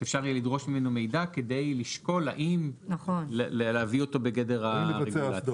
שאפשר יהיה לדרוש ממנו מידע כדי לשקול האם להביא אותו בגדר הרגולציה.